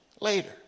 later